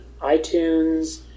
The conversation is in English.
iTunes